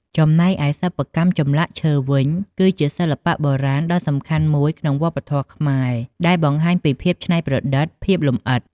ចំណែកឯសិប្បកម្មចម្លាក់ឈើវិញ គឺជាសិល្បៈបុរាណដ៏សំខាន់មួយក្នុងវប្បធម៌ខ្មែរ ដែលបង្ហាញពីភាពច្នៃប្រឌិត ភាពលំអិត ។